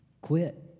quit